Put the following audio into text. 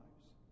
lives